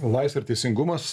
laisvė ir teisingumas